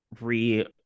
Re